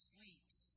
Sleeps